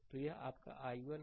तो यह आपका i1 है